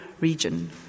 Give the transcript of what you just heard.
region